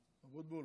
אבוטבול.